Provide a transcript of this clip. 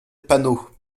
panot